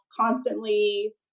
constantly